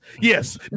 Yes